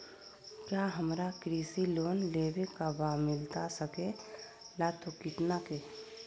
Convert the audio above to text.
क्या हमारा कृषि लोन लेवे का बा मिलता सके ला तो कितना के?